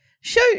show